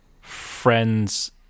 friends